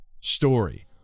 story